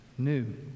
New